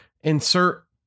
insert